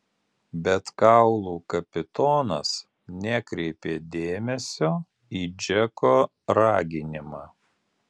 bet kaulų kapitonas nekreipė dėmesio į džeko raginimą